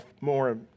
more